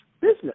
business